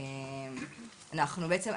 בעצם,